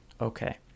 Okay